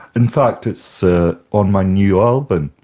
in fact it's ah on my new album,